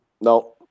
No